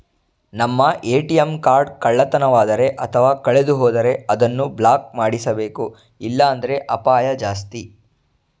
ನಮ್ಮ ATM card ಕಳ್ಳತನವಾದರೆ ಅಥವಾ ಕಳೆದುಹೋದರೆ ಅದನ್ನು ಬ್ಲಾಕ್ ಮಾಡಿಸಬೇಕು ಇಲ್ಲಾಂದ್ರೆ ಅಪಾಯ ಜಾಸ್ತಿ